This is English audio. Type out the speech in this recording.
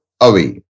away